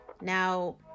Now